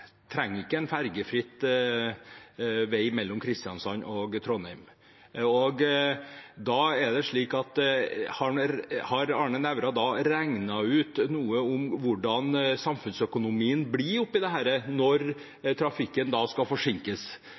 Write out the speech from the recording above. trenger en ferjefri vei mellom Kristiansand og Trondheim. Har Arne Nævra da regnet ut hvordan samfunnsøkonomien blir oppi dette når trafikken forsinkes?